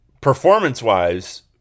performance-wise